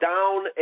Down